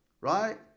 Right